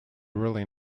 really